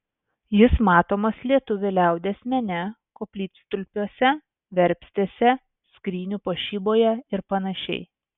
jis matomas lietuvių liaudies mene koplytstulpiuose verpstėse skrynių puošyboje ir panašiai